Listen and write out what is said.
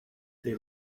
they